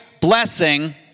blessing